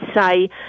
say